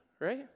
right